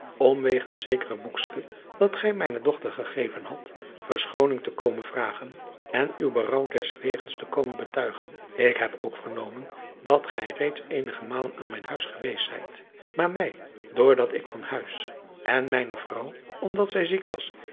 wegens zeker boekske dat gij mijne dochter gegeven hadt verschooning te komen vragen en uw berouw deswegens te komen betuigen ik heb ook vernomen dat gij reeds eenige malen aan mijn huis geweest zijt maar mij door dat ik van huis en mijne vrouw omdat zij ziek was